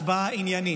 הצבעה עניינית,